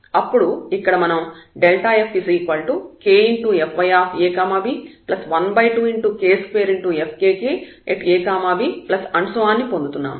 అప్పుడు ఇక్కడ మనం fkfyab12k2fkkab ని పొందుతున్నాము